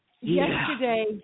yesterday